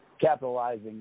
capitalizing